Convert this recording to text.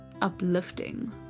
uplifting